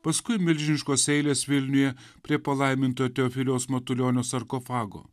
paskui milžiniškos eilės vilniuje prie palaimintojo teofiliaus matulionio sarkofago